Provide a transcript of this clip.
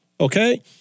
okay